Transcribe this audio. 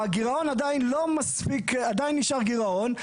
הגרעון עדיין לא מספיק, עדיין נשאר גרעון.